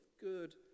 good